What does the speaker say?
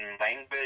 language